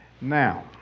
Now